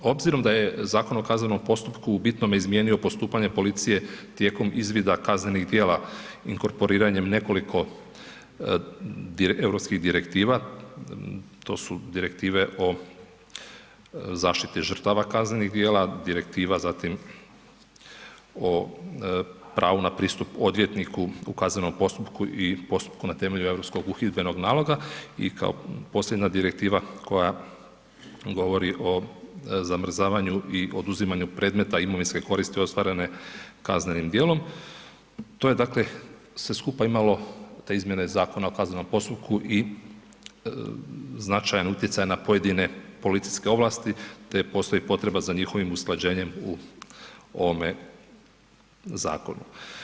Obzirom da je Zakon o kaznenom postupku u bitnome izmijenio postupanje policije tijekom izvida kaznenih dijela inkorporiranjem nekoliko europskih direktiva, to su Direktive o zaštiti žrtava kaznenih djela, Direktiva, zatim, o pravu na pristup odvjetniku u kaznenom postupku i postupku na temelju Europskog uhidbenog naloga i kao posljednja direktiva koja govori o zamrzavanju i oduzimanju predmeta imovinske koristi ostvarene kaznenim djelom, to je, dakle, sve skupa imalo, te izmjene Zakona o kaznenom postupku i značajan utjecaj na pojedine policijske ovlasti, te postoji potreba za njihovim usklađenjem u ovome zakonu.